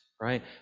right